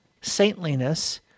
saintliness